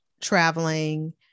traveling